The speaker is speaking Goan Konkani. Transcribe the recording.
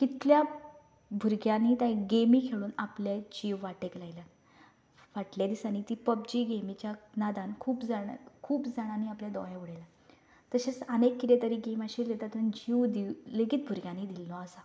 कितल्या भुरग्यांनी ते गेमी खेळून आपले जीव वाटे केल्यात फाटले दिसांनी ती पबजी गेमीच्या नादान खूब जाण खूब जाणांनी आपले दोळे उडयले तशेंच आनीक कितें तरी अशी गेम आशिल्ली तातूंत जीव घेवप जीव लेगीत भुरग्यांनी दिल्या